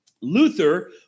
Luther